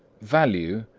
value,